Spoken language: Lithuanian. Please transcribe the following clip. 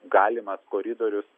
galimas koridorius